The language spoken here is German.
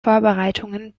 vorbereitungen